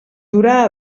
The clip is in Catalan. durà